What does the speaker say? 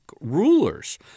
rulers